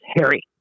Harry